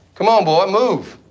come on, boy, move!